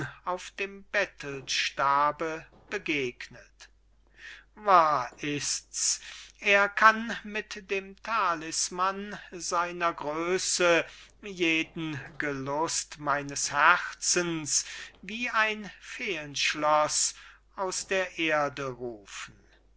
auf dem bettelstabe begegnet wahr ist's er kann mit dem talisman seiner größe jeden gelust meines herzens wie ein feenschloß aus der erde rufen